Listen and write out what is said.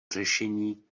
řešení